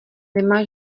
nemá